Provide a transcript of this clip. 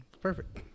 Perfect